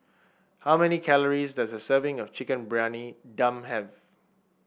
how many calories does a serving of Chicken Briyani Dum have